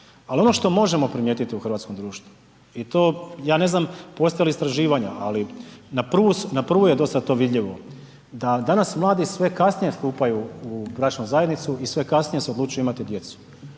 Al ono što možemo primijetit u hrvatskom društvu i to, ja ne znam postoje li istraživanja, ali na prvu, na prvu je dosta to vidljivo da danas mladi sve kasnije stupaju u bračnu zajednicu i sve kasnije se odlučuju imati djecu,